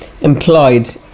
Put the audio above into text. employed